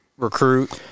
recruit